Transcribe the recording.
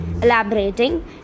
Elaborating